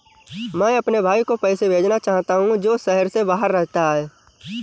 मैं अपने भाई को पैसे भेजना चाहता हूँ जो शहर से बाहर रहता है